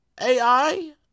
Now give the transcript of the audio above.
AI